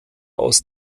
aus